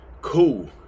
Cool